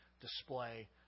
display